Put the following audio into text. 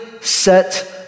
set